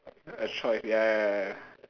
a choice ya ya ya ya